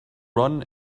run